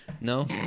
No